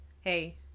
hey